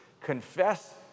confess